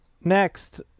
Next